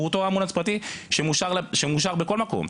הוא אותו אמבולנס פרטי שמאושר בכל מקום.